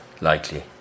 likely